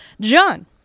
John